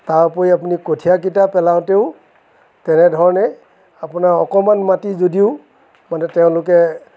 তাৰ উপৰি আপুনি কঠীয়াকেইটা পেলাওতেও তেনেধৰণেই আপোনাৰ অকণমান মাটি যদিও মানে তেওঁলোকে